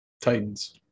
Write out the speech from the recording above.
Titans